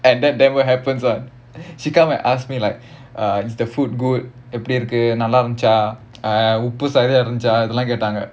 that that that will happens one she come and ask me like ah it's the food good எப்பிடி இருக்கு நல்லா இஞ்சி உப்பு சரியா இருந்துச்சுலாம் இதலாம் கேட்டாங்க:eppidi irukku nallaa inji uppu sariyaa irunthuchulaam ithalaam kettaanga